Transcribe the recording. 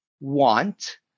want